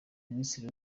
minisitiri